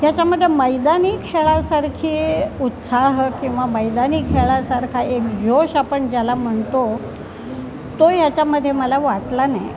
याच्यामध्ये मैदानी खेळासारखी उत्साह किंवा मैदानी खेळासारखा एक जोश आपण ज्याला म्हणतो तो याच्यामध्ये मला वाटला नाही